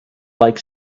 like